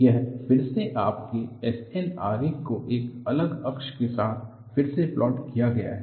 यह फिर से आपके SN आरेख को एक अलग अक्ष के साथ फिर से प्लॉट किया गया है